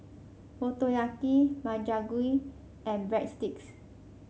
Motoyaki Makchang Gui and Breadsticks